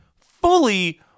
fully